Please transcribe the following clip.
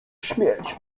śmierć